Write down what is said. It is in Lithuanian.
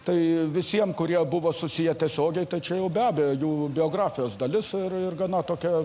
tai visiem kurie buvo susiję tiesiogiai tai čia jau be abejo jų biografijos dalis ir ir gana tokia